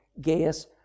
Gaius